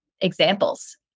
examples